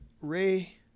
Ray